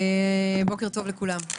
בוקר טוב לכולם,